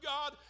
God